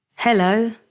Hello